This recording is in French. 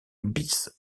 bis